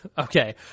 Okay